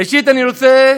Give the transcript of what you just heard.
ראשית אני רוצה,